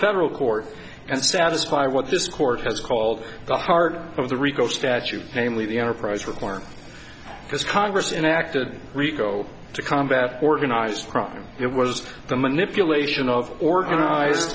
federal court and satisfy what this court has called the heart of the rico statute namely the enterprise reform because congress enacted rico to combat organized crime it was the manipulation of organize